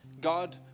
God